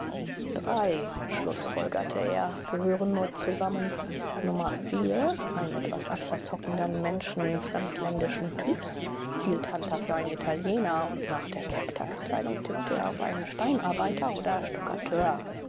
drei schlußfolgerte er gehören nur zusammen nummer vier einen etwas abseits hockenden menschen fremdländischen typs hielt hunter für einen italiener und nach der werktagskleidung tippte er auf einen steinarbeiter oder stukkateur